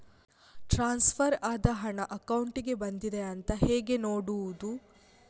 Transfer ಆದ ಹಣ ಅಕೌಂಟಿಗೆ ಬಂದಿದೆ ಅಂತ ಹೇಗೆ ನೋಡುವುದು?